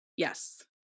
yes